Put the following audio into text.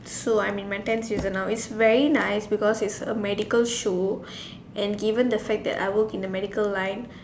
so I am in my ten season now it's very nice because it's a medical show and given the fact that I work in the medical line